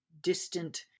distant